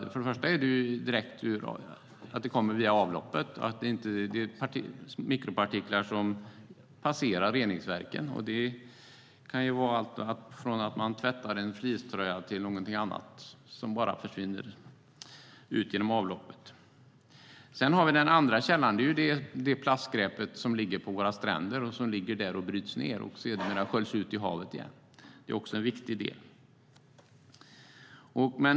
Den första källan är avloppen. Det finns mikropartiklar som passerar reningsverken. Det kan vara på grund av att man tvättar en fleecetröja eller någonting annat. Partiklarna försvinner ut genom avloppet. Den andra källan är det plastskräp som ligger och bryts ned på våra stränder och sedermera sköljs ut i havet igen. Det är också en viktig del.